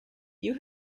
you